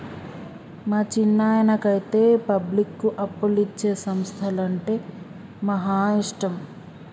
మా చిన్నాయనకైతే పబ్లిక్కు అప్పులిచ్చే సంస్థలంటే మహా ఇష్టం